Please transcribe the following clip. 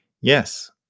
Yes